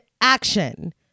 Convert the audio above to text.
action